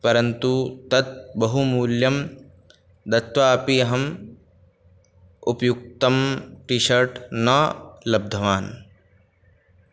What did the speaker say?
परन्तु तद् बहु मूल्यं दत्वापि अहम् उपयुक्तं टीशर्ट् न लब्धवान्